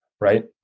right